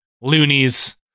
loonies